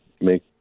make